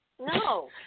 No